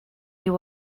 you